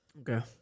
Okay